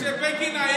כשבגין היה,